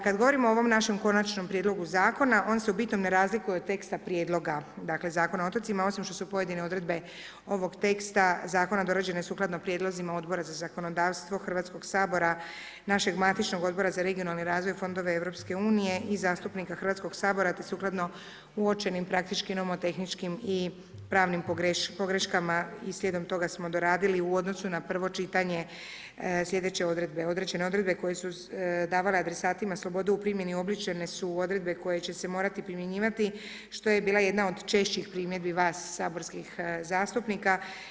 Kada govorimo o ovom našem Konačnom prijedlogu zakona on se u bitnom ne razlikuje od teksta prijedloga, dakle Zakona o otocima osim što su pojedine odredbe ovog teksta zakona dorađene sukladno prijedlozima Odbora za zakonodavstvo Hrvatskoga sabora, našeg matičnog Odbora za regionalni razvoj i fondove EU i zastupnika Hrvatskoga sabora te sukladno uočenim praktički nomotehničkim i pravnim pogreškama i slijedom toga smo doradili u odnosu na prvo čitanje sljedeće odredbe, određene odredbe koje su davale adresatima slobodu u primjeni uobličene su u odredbe koje će se morati primjenjivati što je bila i jedna od češćih primjedbi vas saborskih zastupnika.